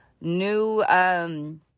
new